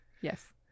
Yes